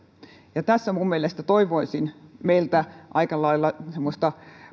tässä toivoisin meiltä aika lailla semmoista